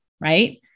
right